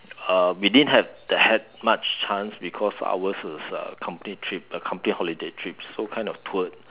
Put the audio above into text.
uh we didn't have the had much chance because ours is uh company trip uh company holiday trip so kind of toured